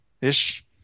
ish